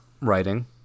writing